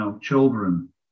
children